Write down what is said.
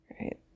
Right